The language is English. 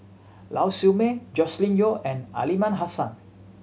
Lau Siew Mei Joscelin Yeo and Aliman Hassan